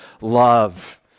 love